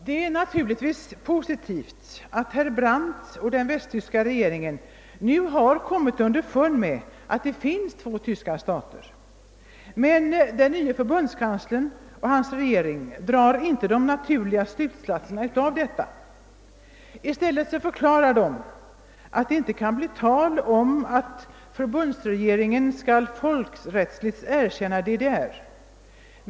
Det är naturligtvis positivt att herr Brandt och den västtyska regeringen nu har kommit underfund med att det finns två tyska stater, men den nye förbundskanslern och hans regering drar inte de naturliga slutsatserna av detta. I stället förklarar de att det inte kan bli tal om att förbundsregeringen folkrättsligt erkänner DDR.